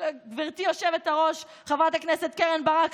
גברתי היושבת-ראש חברת הכנסת קרן ברק,